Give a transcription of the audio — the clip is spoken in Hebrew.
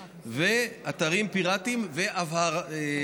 שינוע והטמנה של פסולת היום כרוכים בעלויות